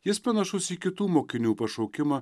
jis panašus į kitų mokinių pašaukimą